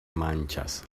manchas